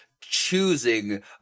choosing